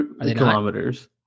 kilometers